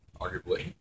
arguably